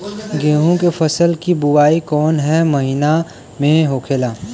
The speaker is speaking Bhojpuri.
गेहूँ के फसल की बुवाई कौन हैं महीना में होखेला?